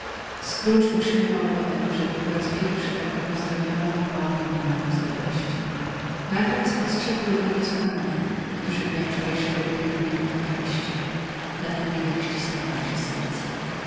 scrooge utrzymywał potem że gdy po raz pierwszy tak go pozdrowiono o mało nie umarł z radości nagle spostrzegł jednego z panów którzy dnia wczorajszego byli u niego po kweście na ten widok ścisnęło mu się serce